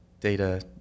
data